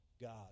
God